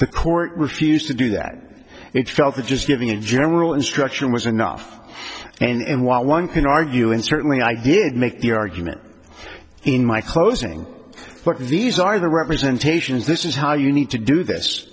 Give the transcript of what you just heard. the court refused to do that it felt that just giving a general instruction was enough and while one can argue and certainly i did make the argument in my closing thought these are the representation is this is how you need to do this